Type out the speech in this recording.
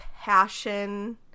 passion